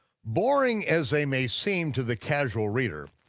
boring as they may seem to the casual reader,